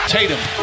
Tatum